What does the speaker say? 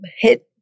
hit